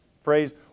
phrase